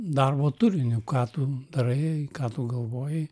darbo turiniu ką tu darai ką tu galvoji